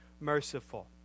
merciful